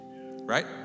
right